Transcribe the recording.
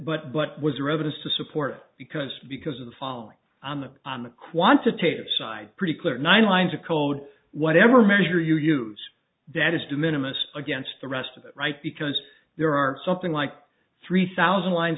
but but was there evidence to support it because because of the falling on the on the quantitative side pretty clear nine lines of code whatever measure you use that is to minimize against the rest of it right because there are something like three thousand lines